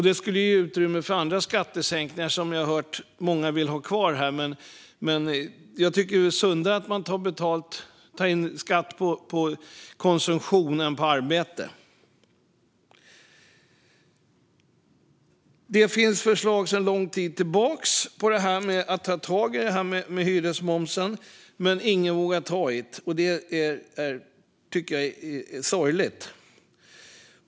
Det skulle ge utrymme för andra skattesänkningar som jag har hört att många vill ha kvar, men jag tycker att det är sundare att ta ut skatt på konsumtion än på arbete. Det finns sedan lång tid tillbaka förslag om att ta tag i detta med hyresmomsen, men ingen vågar ta i det. Det tycker jag är sorgligt.